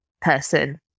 person